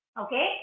Okay